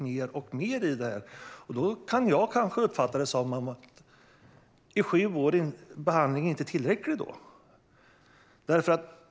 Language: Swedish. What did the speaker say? Är sju års behandling alltså inte tillräckligt?